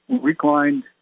reclined